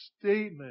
statement